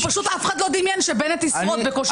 פשוט אף אחד לא דמיין שבנט ישרוד בקושי שנה.